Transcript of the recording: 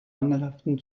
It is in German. mangelhaften